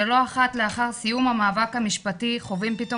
שלא אחת לאחר סיום המאבק המשפטי חווים פתאום